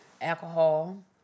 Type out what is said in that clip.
alcohol